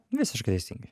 visiškai teisingai